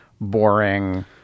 boring